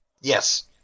Yes